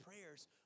prayers